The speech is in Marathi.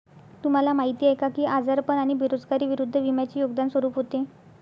तुम्हाला माहीत आहे का की आजारपण आणि बेरोजगारी विरुद्ध विम्याचे योगदान स्वरूप होते?